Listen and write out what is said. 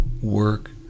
work